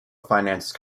financed